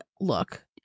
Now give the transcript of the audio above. look